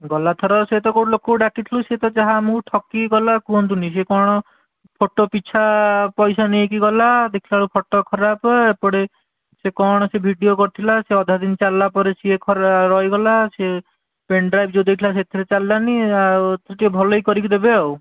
ଗଲା ଥର ସେ ତ କେଉଁ ଲୋକକୁ ଡାକିଥିଲୁ ସେ ତ ଯାହା ଆମକୁ ଠକିକି ଗଲା କୁହନ୍ତୁନି ସେ କ'ଣ ଫଟୋ ପିଛା ପଇସା ନେଇକି ଗଲା ଦେଖିଲା ବେଳକୁ ଫଟୋ ଖରାପ ଏପଟେ ସେ କ'ଣ ସେ ଭିଡ଼ିଓ କରିଥିଲା ସେ ଅଧା ଦିନ ଚାଲିଲା ପରେ ସେ ଖରାପ ରହିଗଲା ସେ ପେନ୍ଡ୍ରାଇଭ୍ ଯେଉଁ ଦେଇଥିଲା ସେଥିରେ ଚାଲିଲାନି ଆଉ ଏଥର ଟିକିଏ ଭଲକି କରିକି ଦେବେ ଆଉ